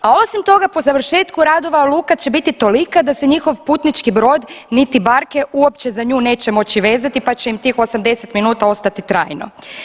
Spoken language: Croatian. A osim toga po završetku radova luka će biti tolika da se njihov putnički brod niti barke uopće za nju niti moći vezati pa će im tih 80 minuta ostati trajno.